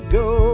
go